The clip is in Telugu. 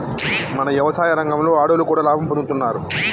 మన యవసాయ రంగంలో ఆడోళ్లు కూడా లాభం పొందుతున్నారు